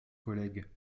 collègue